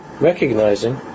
recognizing